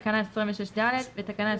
תקנה 26(ד),